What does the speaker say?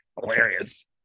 hilarious